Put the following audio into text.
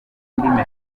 indimi